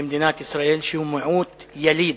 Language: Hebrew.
במדינת ישראל שהוא מיעוט יליד,